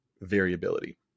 variability